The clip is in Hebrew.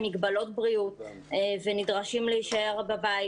מגבלות בריאות ונדרשים להישאר בבית.